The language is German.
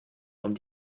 vom